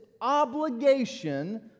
obligation